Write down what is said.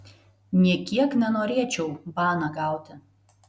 nė kiek nenorėčiau baną gauti